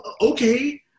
Okay